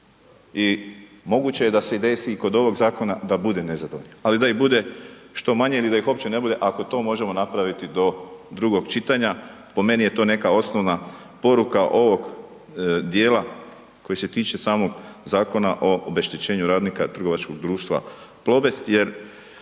I moguće je da se desi i kod ovog zakona da bude nezadovoljnih, ali da ih bude što manje ili da ih uopće ne bude ako to možemo napraviti do drugog čitanja. Po meni je to neka osnovna poruka ovog dijela koji se tiče samog Zakona o obeštećenju radnika trgovačkog društva Plobest, jer